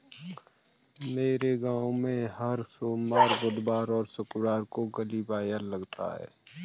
मेरे गांव में हर सोमवार बुधवार और शुक्रवार को गली बाजार लगता है